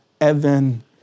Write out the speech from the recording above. evan